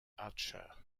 archer